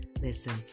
Listen